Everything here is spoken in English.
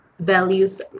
values